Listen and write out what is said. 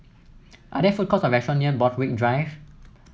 are there food courts or restaurant near Borthwick Drive